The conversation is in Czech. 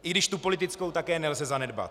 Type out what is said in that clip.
I když tu politickou také nelze zanedbat.